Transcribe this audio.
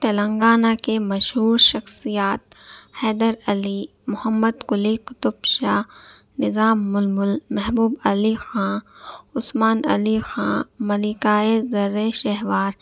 تلنگانہ کے مشہور شخصیات حیدر علی محمد قلی قطب شاہ نظام الملک محبوب علی خاں عثمان علی خاں ملکۂ در شہوار